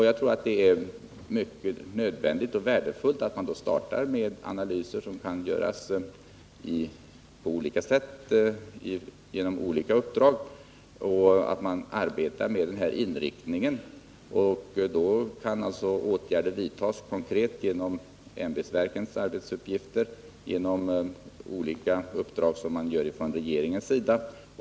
Jag tror att det är både nödvändigt och värdefullt att starta med analysen, som kan göras på olika sätt och inom olika uppdrag, där man då arbetar med den här inriktningen. Sedan kan åtgärder vidtas konkret inom ämbetsverkens arbetsuppgifter och genom olika uppdrag från regeringens sida.